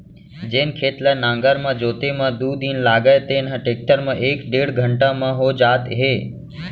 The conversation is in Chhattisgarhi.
जेन खेत ल नांगर म जोते म दू दिन लागय तेन ह टेक्टर म एक डेढ़ घंटा म हो जात हे